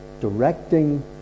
Directing